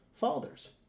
Fathers